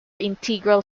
integral